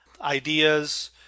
ideas